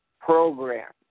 program